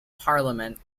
parliament